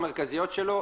ההוצאות המרכזיות שלו